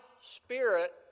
spirit